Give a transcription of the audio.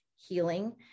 healing